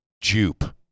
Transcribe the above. Jupe